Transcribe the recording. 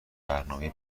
برنامهای